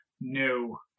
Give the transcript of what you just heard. No